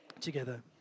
Together